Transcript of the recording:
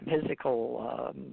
physical